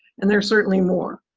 and there's certainly more.